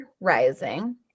rising